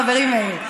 חברי מאיר,